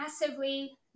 massively